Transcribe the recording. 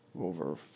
over